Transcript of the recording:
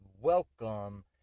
welcome